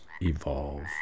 evolve